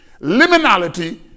Liminality